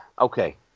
Okay